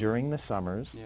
during the summers